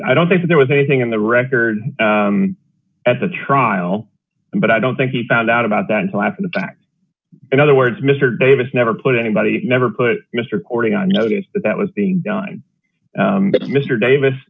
i don't think there was anything in the record at the trial but i don't think he found out about that until after the fact in other words mr davis never put anybody never put mr courting on notice that that was being done but mr davis